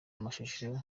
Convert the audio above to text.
amashusho